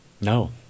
No